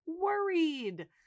worried